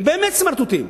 הם באמת סמרטוטים.